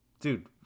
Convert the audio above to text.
Dude